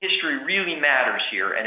history really matters here and it